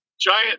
giant